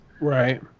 Right